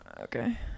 Okay